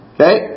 Okay